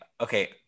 okay